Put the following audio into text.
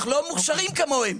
אנחנו לא מוכשרים כמוהם.